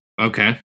Okay